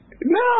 No